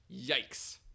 Yikes